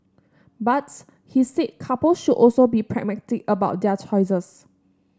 but he said couples should also be pragmatic about their choices